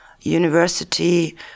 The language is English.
university